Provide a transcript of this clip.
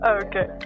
okay